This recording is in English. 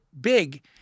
big